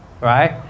Right